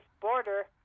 border